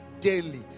daily